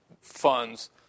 funds